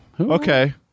Okay